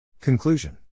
Conclusion